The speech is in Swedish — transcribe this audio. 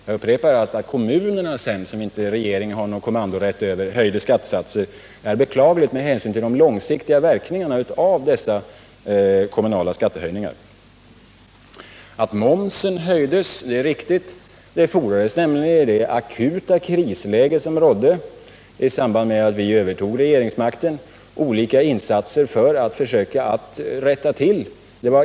Jag upprepar att när sedan kommunerna —- som regeringen inte har någon kommandorätt över — höjer skattesatserna, så är det beklagligt med hänsyn till de långsiktiga verkningarna av dessa kommunala skattehöjningar. Att momsen höjdes är riktigt. Det fordrades nämligen — i det akuta krisläge som rådde i samband med att vi övertog regeringsmakten — olika insatser för att försöka rätta till förhållandena.